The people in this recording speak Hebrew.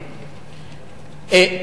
,